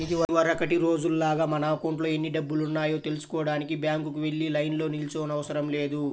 ఇదివరకటి రోజుల్లాగా మన అకౌంట్లో ఎన్ని డబ్బులున్నాయో తెల్సుకోడానికి బ్యాంకుకి వెళ్లి లైన్లో నిల్చోనవసరం లేదు